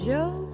Joe